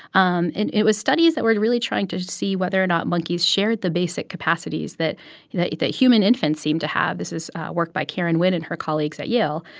um it it was studies that were really trying to see whether or not monkeys shared the basic capacities that that human infants seem to have. this is work by karen wynn and her colleagues at yale.